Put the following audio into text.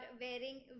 wearing